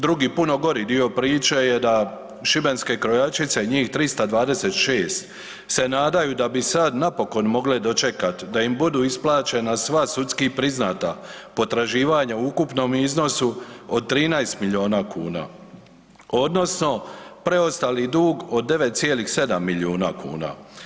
Drugi puno gori dio priče je da šibenske krojačice, njih 326 se nadaju da bi sad napokon mogle dočekat da im budu isplaćena sva sudski priznata potraživanja u ukupnom iznosu od 13 milijuna kuna odnosno preostali dug od 9,7 milijuna kuna.